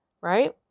Right